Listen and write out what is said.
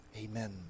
Amen